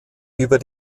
über